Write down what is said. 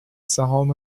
سهام